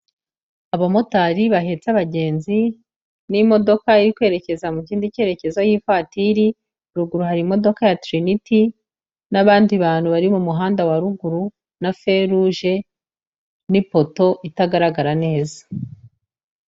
Abamotari bahetse abagenzi n'imodoka iri kwerekeza mu kindi cyerekezo y'ivatiri, ruguru hari imodoka ya Trinity n'abandi bantu bari mu muhanda wa ruguru, na feruje n'ipoto itagaragara neza.